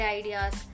ideas